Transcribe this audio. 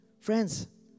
Friends